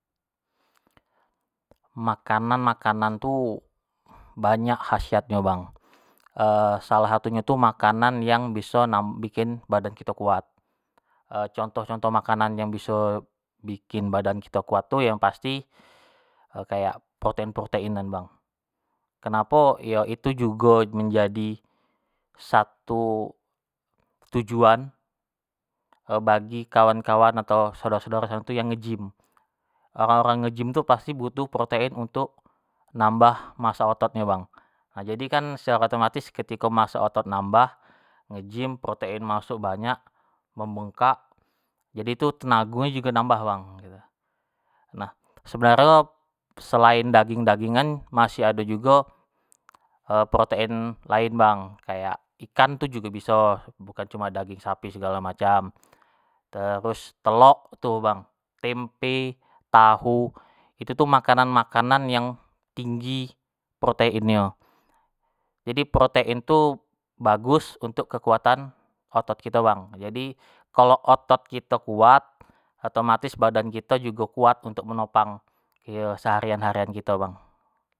Makanan-makanan tu banyak khasiatnyo bang, salah satu nyo tu makanan yang biso bikin badan kito kuat, contoh-contoh makanan yang biso bikin badan kito kuat itu yang pasti kayak protein-protein an bang, kenapo, iyo itu jugo menjadi satu tujuan bagi kawan-kawan atau saudaro-saudaro nge gym, orang-orang nge gym itu pasti butuh protein untuk nambah massa otot bang, nah jadi kan secaro otomatis ketiko massa otot nambah nge gym protein masuk banyak, membengkak, jadi tu tenago nyo jugo nambah bang, nah sebenarnyo selain daging-dagingan masih ado jugo protein lain bang, kayak ikan itu jugo biso bukan cuma daging sapi segala macam, terus telok itu bang, tempe, tahu itu tu makanan-makanan yang tinggi proteinnyo, jadi protein tu bagus untuk kekuatan otot kito bang, jadi kalo otot kito kuat otomatis badan kito jugo kuat untuk menopang iyo seharian- harian kito bang.